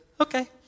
okay